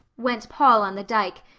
went paul on the dyke,